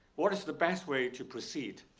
what is the best way to proceed?